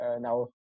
now